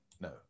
no